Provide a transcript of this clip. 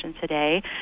today